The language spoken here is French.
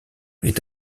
est